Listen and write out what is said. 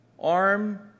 arm